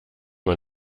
man